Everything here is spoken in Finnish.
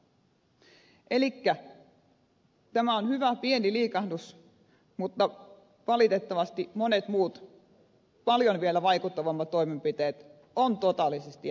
elikkä tämä on hyvä pieni liikahdus mutta valitettavasti monet muut vielä paljon vaikuttavammat toimenpiteet on totaalisesti jätetty käyttämättä